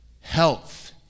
health